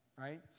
right